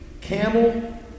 camel